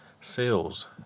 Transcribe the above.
sales